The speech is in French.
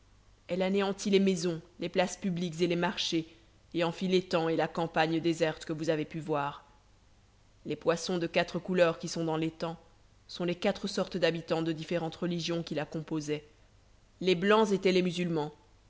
elle anéantit les maisons les places publiques et les marchés et en fit l'étang et la campagne déserte que vous avez pu voir les poissons de quatre couleurs qui sont dans l'étang sont les quatre sortes d'habitants de différentes religions qui la composaient les blancs étaient les musulmans